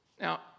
Now